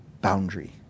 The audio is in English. boundary